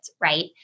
right